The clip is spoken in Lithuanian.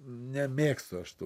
nemėgstu aš tų